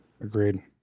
Agreed